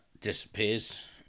Disappears